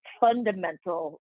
fundamental